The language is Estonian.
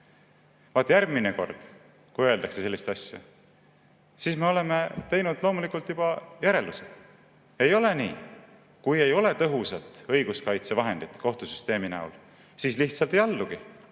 Järgmine kord, kui öeldakse sellist asja, siis me oleme teinud loomulikult juba järelduse. Ei ole nii. Kui ei ole tõhusat õiguskaitsevahendit kohtusüsteemi näol, siis lihtsalt ei allugi.